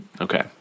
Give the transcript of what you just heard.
Okay